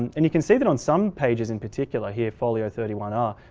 and and you can see that on some pages in particular here folio thirty one r,